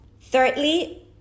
Thirdly